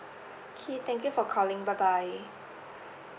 okay thank you for calling bye bye